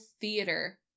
theater